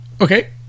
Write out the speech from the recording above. okay